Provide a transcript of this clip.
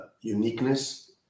uniqueness